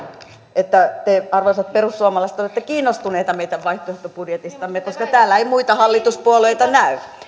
että te arvoisat perussuomalaiset olette kiinnostuneita meidän vaihtoehtobudjetistamme koska täällä ei muita hallituspuolueita näy